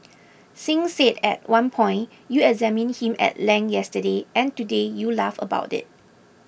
Singh said at one point You examined him at length yesterday and today you laugh about it